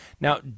Now